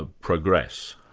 ah progress.